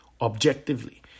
objectively